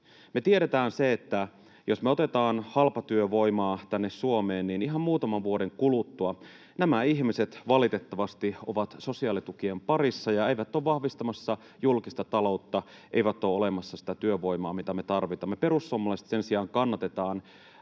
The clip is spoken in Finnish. Me tiedetään, että jos me otetaan halpatyövoimaa tänne Suomeen, ihan muutaman vuoden kuluttua nämä ihmiset valitettavasti ovat sosiaalitukien parissa ja eivät ole vahvistamassa julkista taloutta eivätkä ole olemassa sinä työvoimana, mitä me tarvitaan. Me perussuomalaiset sen sijaan kannatetaan